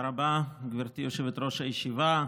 תודה רבה, גברתי יושבת-ראש הישיבה.